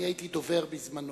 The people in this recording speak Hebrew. הייתי דובר בזמנו: